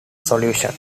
solutions